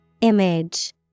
Image